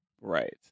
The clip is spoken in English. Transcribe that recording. right